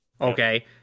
Okay